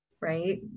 Right